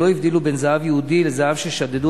הן לא הבדילו בין זהב יהודי לזהב ששדדו